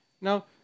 Now